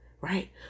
right